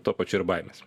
tuo pačiu ir baimės